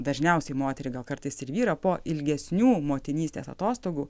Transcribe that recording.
dažniausiai moterį gal kartais ir vyrą po ilgesnių motinystės atostogų